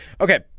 Okay